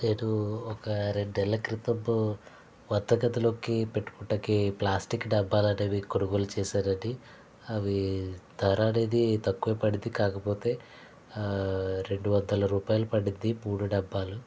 నేను ఒక రెండేళ్ల క్రితము కొత్త గదిలోకి పెట్టుకోటాకి ప్లాస్టిక్ డబ్బాలు అనేవి కొనుగోలు చేశానండి అవి ధర అనేది తక్కువే పడింది కాకపోతే రెండు వందల రూపాయలు పడింది మూడు డబ్బాలు